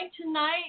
tonight